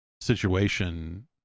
situation